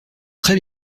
très